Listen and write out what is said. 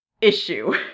issue